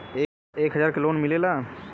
एक हजार के लोन मिलेला?